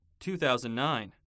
2009